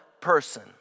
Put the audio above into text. person